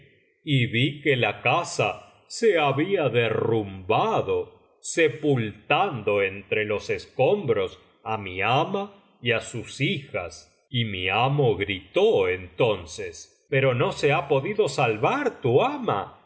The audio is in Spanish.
y vi que la casa se había derrumbado sepultando entre los escombros á mi ama y á sus hijas y mi amo gritó entonces pero no se ha podido salvar tu ama